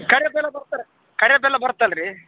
ಕರಿ ಬೆಲ್ಲ ಬರ್ತೆ ಸರ್ರ ಕರಿ ಬೆಲ್ಲ ಬರುತ್ತಲ್ರೀ